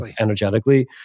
energetically